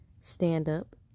stand-up